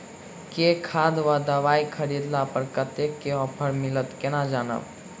केँ खाद वा दवाई खरीदला पर कतेक केँ ऑफर मिलत केना जानब?